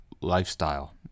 lifestyle